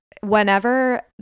whenever